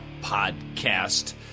podcast